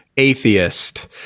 atheist